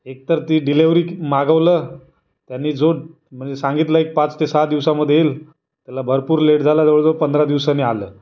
एकतर ती डिलेवरी कि मागवलं त्यांनी जो म्हणजे सांगितलं एक पाच ते सहा दिवसामध्ये येईल तेला भरपूर लेट झाला जवळजवळ पंधरा दिवसांनी आलं